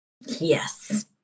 Yes